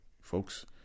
folks